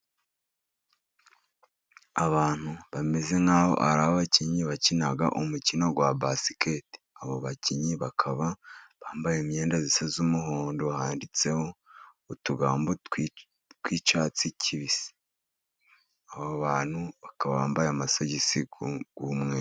Abantu bameze nk'aho ari abakinnyi bakina umukino wa basiketi. Abo bakinnyi bakaba bambaye imyenda isa y'umuhondo, handitseho utugambo tw'icyatsi kibisi. Abo bantu bakaba bambaye amasogisi y'umweru.